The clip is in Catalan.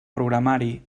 programari